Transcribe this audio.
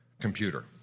computer